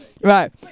Right